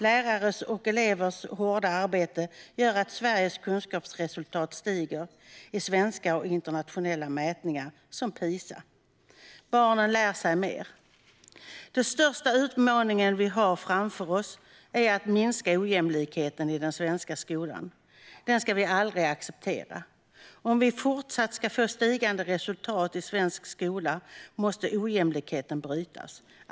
Lärares och elevers hårda arbete gör att Sveriges kunskapsresultat stiger i svenska och internationella mätningar, som PISA. Barnen lär sig mer. Den största utmaningen vi har framför oss är att minska ojämlikheten i den svenska skolan. Den ska vi aldrig acceptera. Om vi fortsatt ska få stigande resultat i svensk skola måste ojämlikheten brytas.